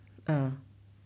uh